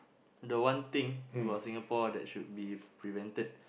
the one thing about Singapore that should be prevented